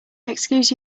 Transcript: excuse